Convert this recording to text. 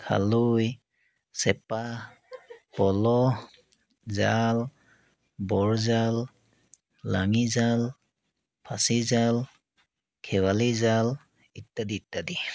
খালৈ চেপা পলহ জাল বৰজাল লাঙি জাল ফাচি জাল খেৱালি জাল ইত্যাদি ইত্যাদি